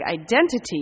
identity